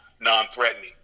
non-threatening